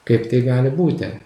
kaip tai gali būti